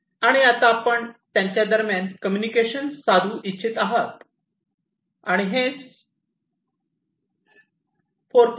आणि आता आपण त्यांच्या दरम्यान कम्युनिकेशन साधू इच्छित आहात आणि हेच आहे 4